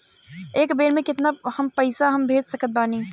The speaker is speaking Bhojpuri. एक बेर मे केतना पैसा हम भेज सकत बानी?